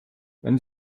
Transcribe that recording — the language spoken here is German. wenn